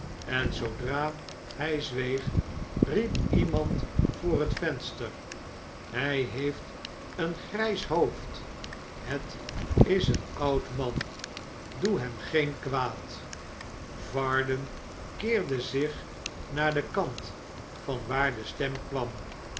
en zoodra hij zweeg riep iemand voor het venster hij heeft een grijs hoofd het is een oud man doe hem geen kwaad varden keerde zich naar den kant van waar de stem k